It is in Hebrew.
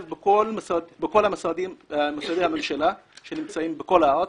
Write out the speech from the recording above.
בכל משרדי הממשלה שנמצאים בכל הארץ,